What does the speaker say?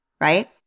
Right